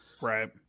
right